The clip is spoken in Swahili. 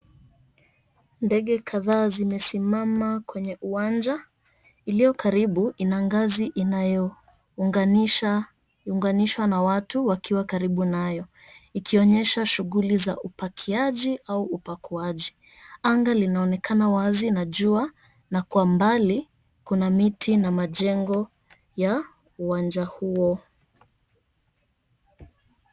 Ndege kadhaa zimesimama kwenye uwanja, iliyokaribu ina ngazi iyanayo unganishwa na watu karibu nayo, ikionyesha shughuli za upakiaji au upakuaji. Anga linaonekana wazi na jua, na kwa umbali kuna miti na majengo ya uwanja huo.